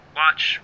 watch